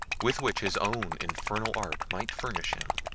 with which his own infernal art might furnish him.